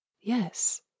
yes